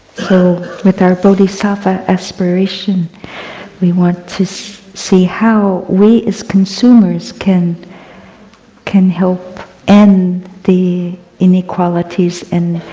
so, with our bodhisattva aspiration we want to see how we, as consumers, can can help end the inequalities and